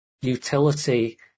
utility